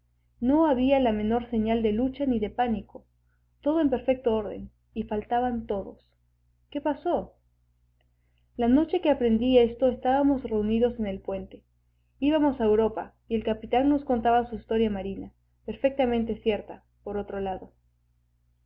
no había la menor señal de lucha ni de pánico todo en perfecto orden y faltaban todos qué pasó la noche que aprendí esto estábamos reunidos en el puente ibamos a europa y el capitán nos contaba su historia marina perfectamente cierta por otro lado